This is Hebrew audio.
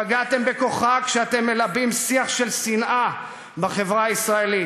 פגעתם בכוחה כשאתם מלבים שיח של שנאה בחברה הישראלית.